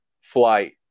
flight